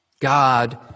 God